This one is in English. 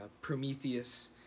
Prometheus